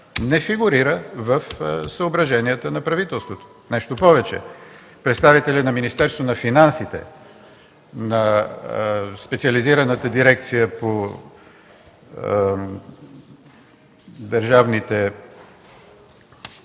не фигурира в съображенията на правителството. Нещо повече, представителят на Министерството на финансите –от специализираната дирекция „Държавно